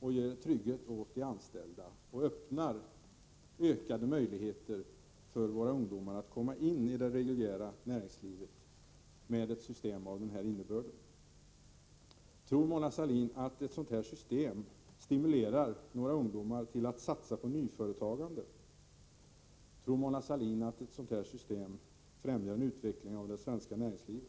ger trygghet åt de anställda och öppnar ökade möjligheter för våra ungdomar att komma in i det reguljära näringslivet med ett sådant system? Tror Mona Sahlin att ett sådant system stimulerar ungdomar till att satsa på nyföretagande? Tror Mona Sahlin att ett sådant system främjar en utveckling av det svenska näringslivet?